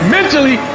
Mentally